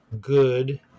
good